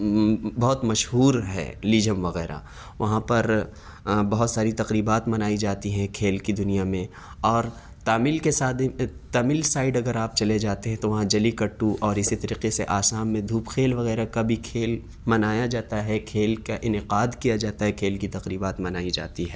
بہت مشہور ہے لیجھم وغیرہ وہاں پر بہت ساری تقریبات منائی جاتی ہیں کھیل کی دنیا میں اور تامل کے تمل سائڈ اگر آپ چلے جاتے ہیں تو وہاں جلی کٹو اور اسی طریقے سے آسام میں دھوپ کھیل وغیرہ کا بھی کھیل منایا جاتا ہے کھیل کا انعقاد کیا جاتا ہے کھیل کی تقریبات منائی جاتی ہے